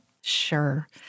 Sure